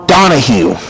Donahue